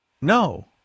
No